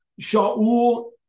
Sha'ul